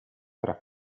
tra